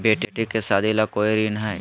बेटी के सादी ला कोई ऋण हई?